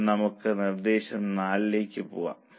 ഇത് നമുക്ക് നിർദ്ദേശം 4 ലേക്ക് പോകാം